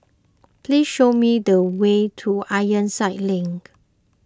please show me the way to Ironside Link